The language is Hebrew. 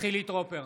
חילי טרופר,